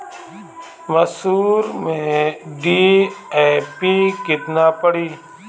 मसूर में डी.ए.पी केतना पड़ी?